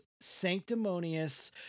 sanctimonious